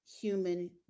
human